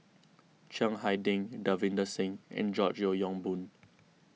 Chiang Hai Ding Davinder Singh and George Yeo Yong Boon